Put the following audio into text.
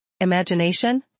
imagination